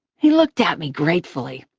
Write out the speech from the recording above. he looked at me gratefully.